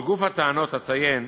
לגוף הטענות, אציין